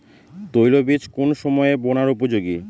তৈলবীজ কোন সময়ে বোনার উপযোগী?